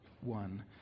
one